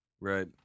Right